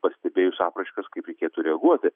pastebėjus apraiškas kaip reikėtų reaguoti